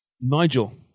Nigel